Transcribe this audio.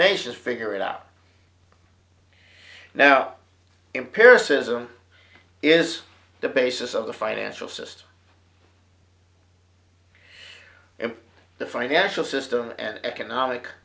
nations figure it out now empiricism is the basis of the financial system and the financial system and economic